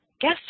guess